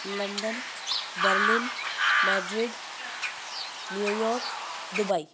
London Berlin Madrid New York Dubai